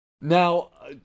Now